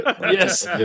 yes